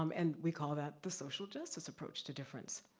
um and we call that, the social justice approach to difference.